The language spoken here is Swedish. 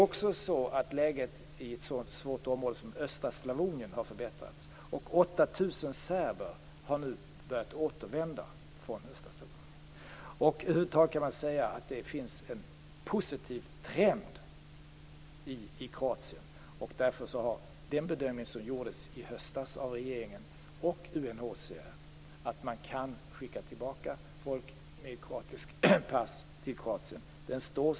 Också läget i ett så svårt drabbat område som östra Slavonien har förbättrats. 8 000 serber har nu börjat återvända från östra Slavonien. Över huvud taget kan man säga att det finns en positiv trend i Kroatien. Därför står sig den bedömning som i höstas gjordes av regeringen och UNHCR att man kan skicka tillbaka personer med kroatiskt pass till Kroatien.